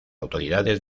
autoridades